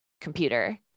computer